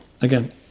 again